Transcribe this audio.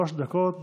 שלוש דקות לרשותך.